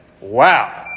wow